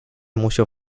musiał